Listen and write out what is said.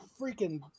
freaking